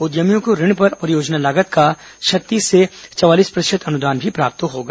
उद्यमियों को ऋण पर परियोजना लागत का छत्तीस से चवालीस प्रतिशत अनुदान भी प्राप्त होगा